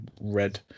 red